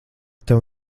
tev